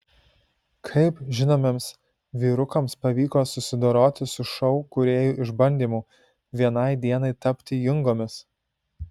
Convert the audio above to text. kaip žinomiems vyrukams pavyko susidoroti su šou kūrėjų išbandymu vienai dienai tapti jungomis